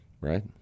Right